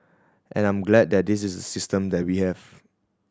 and I'm glad that this is the system that we have